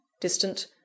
Distant